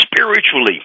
spiritually